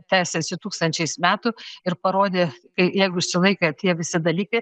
tęsiasi tūkstančiais metų ir parodė tai jeigu išsilaikę tie visi dalykai